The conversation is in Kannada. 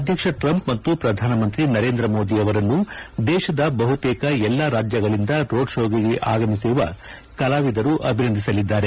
ಅಧ್ಯಕ್ಷ ಟ್ರಂಪ್ ಮತ್ತು ಪ್ರಧಾನಮಂತ್ರಿ ನರೇಂದ್ರ ಮೋದಿ ಅವರನ್ನು ದೇಶದ ಬಹುತೇಕ ಎಲ್ಲಾ ರಾಜ್ಯಗಳಿಂದ ರೋಡ್ಶೋಗಾಗಿ ಆಗಮಿಸುವ ಕಲಾವಿದರು ಅಭಿನಂದಿಸಲಿದ್ದಾರೆ